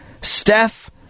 Steph